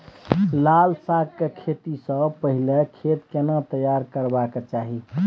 लाल साग के खेती स पहिले खेत केना तैयार करबा के चाही?